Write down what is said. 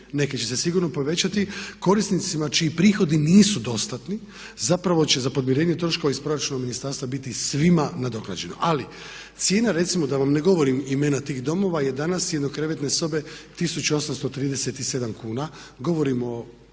neke će se sigurno povećati korisnicima čiji prihodi nisu dostatni zapravo će za podmirenje troškova iz proračuna ministarstva biti svima nadoknađeno. Ali, cijena recimo, da vam ne govorim imena tih domova, je danas jednokrevetne sobe 1837 kuna. Govorim o